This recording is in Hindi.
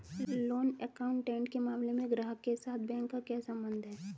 लोन अकाउंट के मामले में ग्राहक के साथ बैंक का क्या संबंध है?